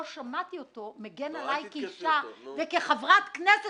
לא שמעתי אותו מגן עליי כאישה וכחברת כנסת